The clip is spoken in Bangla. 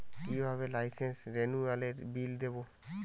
কিভাবে লাইসেন্স রেনুয়ালের বিল দেবো?